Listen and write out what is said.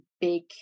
big